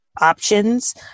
options